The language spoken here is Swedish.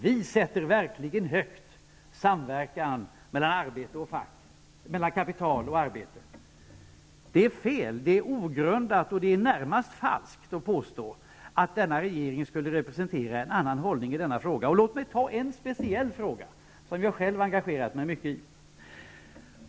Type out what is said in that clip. Vi sätter verkligen samverkan mellan kapital och arbete högt. Det är fel, ogrundat och närmast falskt att påstå att regeringen skulle representera en annan hållning i denna fråga. Låt mig ta upp en speciell fråga som jag själv engagerat mig mycket i.